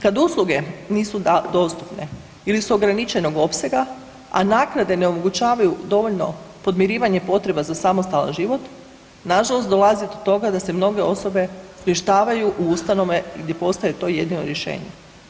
Kad usluge nisu dostupne ili su ograničenog opsega, a naknade ne omogućavaju dovoljno podmirivanje potreba za samostalan život nažalost dolazi do toga da se mnoge osobe smještavaju u ustanove gdje postaje to jedino rješenje.